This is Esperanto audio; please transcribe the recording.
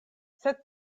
sed